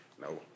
No